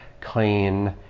clean